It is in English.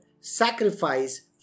sacrifice